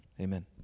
Amen